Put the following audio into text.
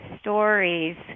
stories